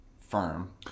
firm